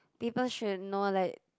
people should know like